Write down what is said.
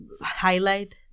highlight